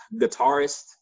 guitarist